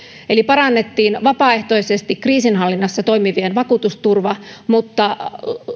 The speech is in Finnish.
eli parannettiin vapaaehtoisesti kriisinhallinnassa toimivien vakuutusturvaa mutta